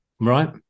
Right